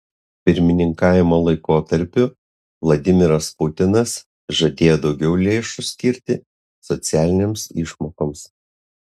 pirmininkavimo laikotarpiu vladimiras putinas žadėjo daugiau lėšų skirti socialinėms išmokoms